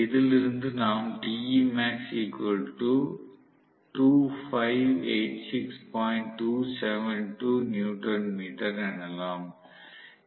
இதிலிருந்து நாம் எனலாம்